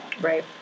Right